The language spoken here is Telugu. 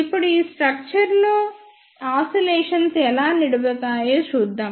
ఇప్పుడు ఈ స్ట్రక్చర్ లో ఆసిలేషన్స్ ఎలా నిలబడతాయో చూద్దాం